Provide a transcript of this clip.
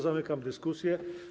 Zamykam dyskusję.